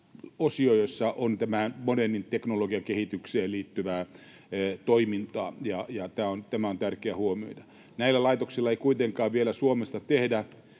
osio, jossa on tätä moderniin teknologiakehitykseen liittyvää toimintaa, ja tämä on tärkeä huomioida. Näillä laitoksilla ei kuitenkaan vielä Suomesta tehdä